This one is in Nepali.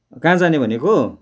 कहाँ जाने भनेको